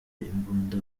imbunda